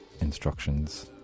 instructions